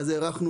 כשהארכנו